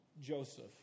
Joseph